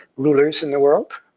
rulers in the world.